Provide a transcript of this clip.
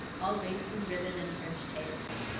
all lace and ribbon and french taste.